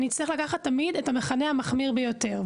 אני אצטרך לקחת תמיד את המכנה המחמיר ביותר.